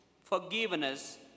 forgiveness